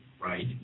right